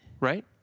right